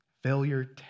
Failure